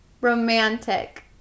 romantic